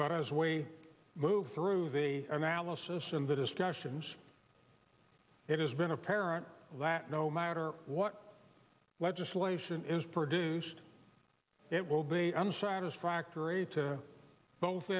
but as we move through the analysis and the discussions it has been apparent that no matter what legislation is produced it will be i'm satisfied actor a to both